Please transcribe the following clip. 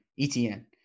ETN